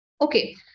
Okay